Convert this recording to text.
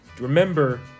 Remember